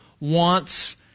wants